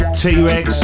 T-Rex